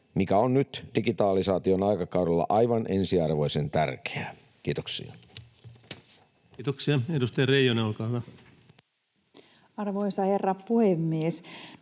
mikä on nyt digitalisaation aikakaudella aivan ensiarvoisen tärkeää. — Kiitoksia. Kiitoksia. — Edustaja Reijonen, olkaa hyvä. Arvoisa herra puhemies!